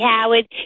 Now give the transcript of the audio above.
Howard